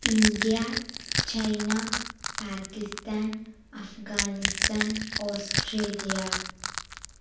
India China Pakistan Afghanistan Australia